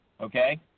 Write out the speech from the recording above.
Okay